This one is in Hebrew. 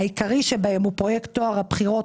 העיקרי שבהם הוא פרויקט טוהר הבחירות.